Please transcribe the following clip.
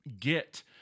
get-